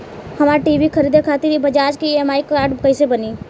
हमरा टी.वी खरीदे खातिर बज़ाज़ के ई.एम.आई कार्ड कईसे बनी?